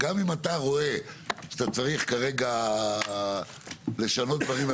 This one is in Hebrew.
שגם אם אתה רואה שאתה צריך כרגע לשנות דברים,